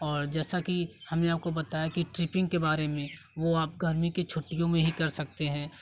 और जैसा कि हमने आपको बताया कि ट्रिपिंग के बारे में वह आप गर्मी की छुट्टियों में ही कर सकते हैं